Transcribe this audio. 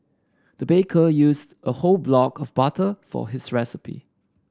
the baker used a whole block of butter for his recipe